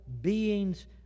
beings